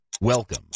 Welcome